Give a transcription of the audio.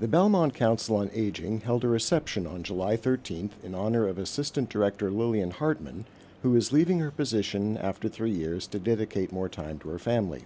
the belmont council on aging held a reception on july th in honor of assistant director lillian hartman who is leaving her position after three years to dedicate more time to her family